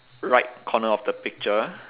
right corner of the picture